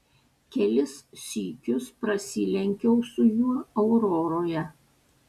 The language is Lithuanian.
kelis sykius prasilenkiau su juo auroroje